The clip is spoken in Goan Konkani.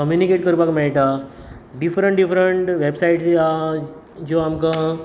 कम्युनीकेट करपाक मेळटा डिफरन्ट डिफरन्ट वेब्सायट जी आहा ज्यो आमकां